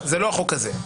זה לא החוק הזה.